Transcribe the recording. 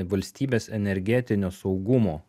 valstybės energetinio saugumo